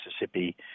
Mississippi